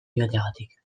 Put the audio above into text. joateagatik